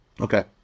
Okay